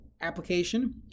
application